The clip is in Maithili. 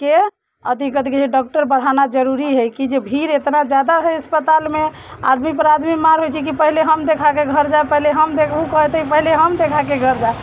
के अथि कथि कहैत छै सरकारके डॉक्टर बढ़ाना जरूरी हइ कि जे भीड़ इतना जादा रहै हइ अस्पतालमे आदमी पर आदमी मार होइत छै कि पहिले हम देखाके घर जायब पहिले हम देखाबू ओ कहतै पहिले हम देखाके घर जायब